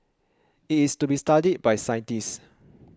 it is to be studied by scientists